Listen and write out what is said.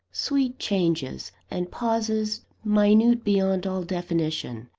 sweet changes, and pauses minute beyond all definition.